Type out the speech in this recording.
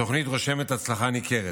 התוכנית רושמת הצלחה ניכרת.